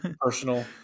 personal